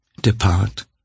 Depart